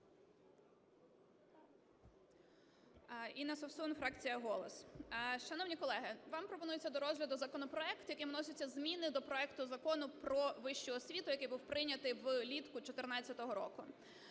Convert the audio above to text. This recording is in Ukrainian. Інна Совсун, фракція "Голос". Шановні колеги, вам пропонується до розгляду законопроект, яким вносяться зміни до проекту Закону про вищу освіту, який був прийнятий влітку 2014 року.